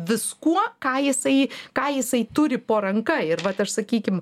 viskuo ką jisai ką jisai turi po ranka ir vat aš sakykim